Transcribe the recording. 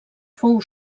fou